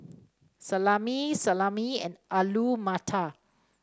Salami Salami and Alu Matar